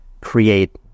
create